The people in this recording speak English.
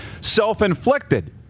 self-inflicted